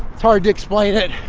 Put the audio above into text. it's hard to explain it.